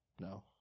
No